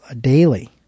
Daily